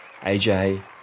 AJ